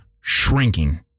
shrinking